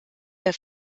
der